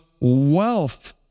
wealth